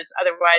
otherwise